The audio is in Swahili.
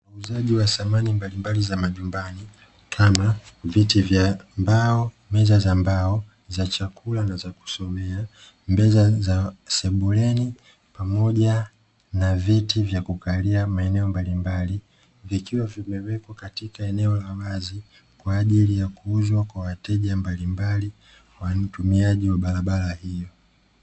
Muuzaji wa samani mbalimbali za majumbani kama: viti vya mbao, meza za mbao, za chakula na za kusomea, meza za sebuleni pamoja na viti vya kukalia maeneo mbalimbali, vikiwa vimewekwa katika eneo la wazi kwa ajili ya kuuzwa kwa wateja mbalimbali watumiaji wa barabara hiyo.